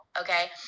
Okay